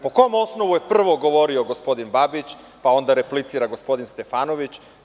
Po kom osnovu je prvo govorio gospodin Babić, onda replicira gospodin Stefanović?